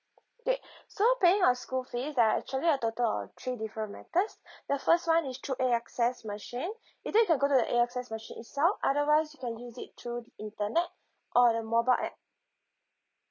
okay so paying your school fees there are actually a total of three different methods the first one is through A_X_S machine either if you're going to A_X_S machine itself otherwise you can use it through the internet or the mobile app